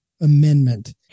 amendment